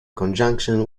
conjunction